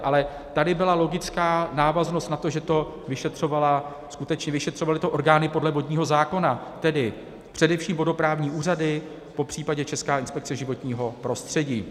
Ale tady byla logická návaznost na to, že to skutečně vyšetřovaly orgány podle vodního zákona, tedy především vodoprávní úřady, popřípadě Česká inspekce životního prostředí.